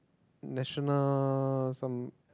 national some